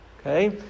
Okay